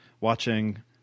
watching